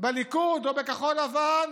בליכוד או בכחול לבן,